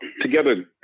together